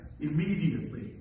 immediately